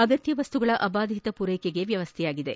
ಅಗತ್ಯ ವಸ್ತುಗಳ ಅಬಾಧಿತ ಪೂರೈಕೆಗೆ ವ್ಯವಸ್ಥೆಯಾಗಿದೆ